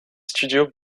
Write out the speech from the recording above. studios